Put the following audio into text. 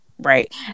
Right